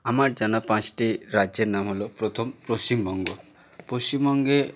আমার জানা পাঁচটি রাজ্যের নাম হল প্রথম পশ্চিমবঙ্গ পশ্চিমবঙ্গে